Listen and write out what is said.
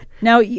Now